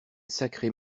sacrée